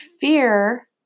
fear